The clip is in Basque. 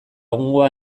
egungoa